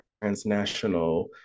transnational